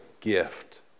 gift